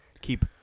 keep